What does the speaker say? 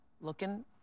Looking